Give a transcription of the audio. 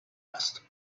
است